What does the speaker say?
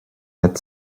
had